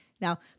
Now